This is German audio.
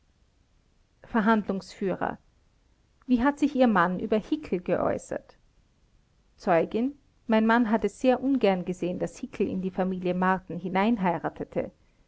verhandlungsführer wie hat sich ihr mann über hickel geäußert zeugin mein mann hat es sehr ungern gesehen daß hickel in die familie marten